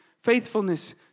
faithfulness